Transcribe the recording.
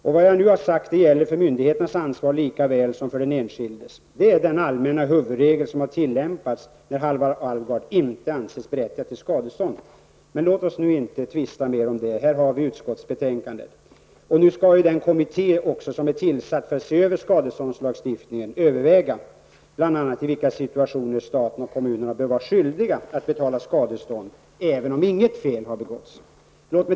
Det jag nu sagt gäller såväl för myndigheternas som för den enskildes ansvar. Det är den allmänna huvudregeln som tillämpats när Halvar Alvgard inte ansetts ha rätt till skadestånd. Låt oss nu inte tvista mer om det. Vi har nu att ta ställning till utskottsbetänkandet. Dessutom skall den kommitté som har tillsatts för att se över skadeståndslagstiftningen bl.a. överväga i vilka situationer staten och kommunerna skall vara skyldiga att betala skadestånd även om inget fel har begåtts.